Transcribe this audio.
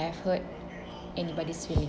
have hurt anybody's feeling